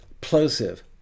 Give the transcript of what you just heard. plosive